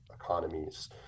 economies